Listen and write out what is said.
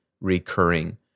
recurring